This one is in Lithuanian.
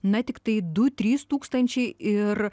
na tiktai du trys tūkstančiai ir